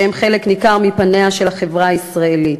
שהם חלק ניכר מפניה של החברה הישראלית.